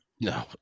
No